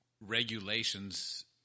regulations